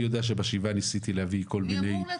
אני ידע שבשבעה ניסיתי להביא כל מיני